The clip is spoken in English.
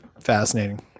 fascinating